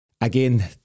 again